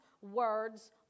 words